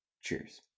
Cheers